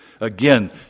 Again